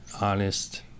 honest